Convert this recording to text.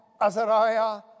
Azariah